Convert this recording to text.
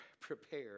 prepare